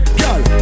girl